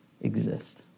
exist